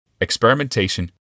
experimentation